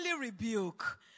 rebuke